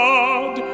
God